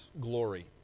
glory